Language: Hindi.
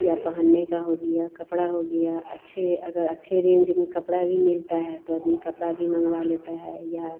या पहनने का हो गया कपड़ा हो गया अच्छे अगर अच्छे रेन्ज में कपड़ा भी मिलता है तो अदमी कपड़ा भी मँगवा लेता है या